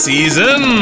Season